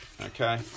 Okay